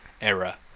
era